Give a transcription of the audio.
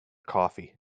coffee